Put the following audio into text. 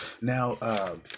now